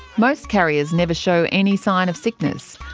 most carriers never show any sign of sickness.